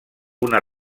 una